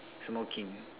smoking